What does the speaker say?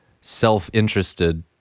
self-interested